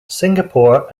singapore